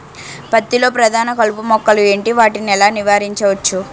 పత్తి లో ప్రధాన కలుపు మొక్కలు ఎంటి? వాటిని ఎలా నీవారించచ్చు?